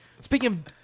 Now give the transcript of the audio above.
speaking